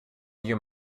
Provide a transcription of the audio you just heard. you